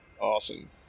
Awesome